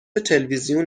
تلویزیون